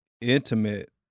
intimate